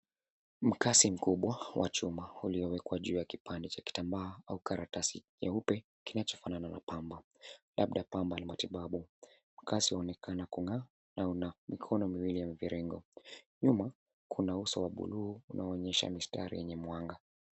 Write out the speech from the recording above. Mkasi mkubwa wa chuma uliowekwa juu ya kipande cha kitambaa au karatasi cheupe kinachofanana na pamba, labda pamba la matibabu. Mkasi unaonekana kung'aa na una mikono miwili ya mviringo. Nyuma kuna uso wa blue unaonyesha misitari yenye mwanga.